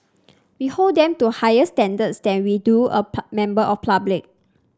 we hold them to higher standards than we do a member of public